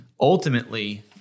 ultimately